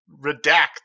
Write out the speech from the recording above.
redact